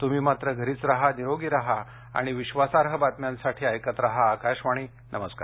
तुम्ही मात्र घरीच राहा निरोगी राहा आणि विश्वासार्ह बातम्यांसाठी ऐकत राहा आकाशवाणी नमस्कार